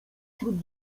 wśród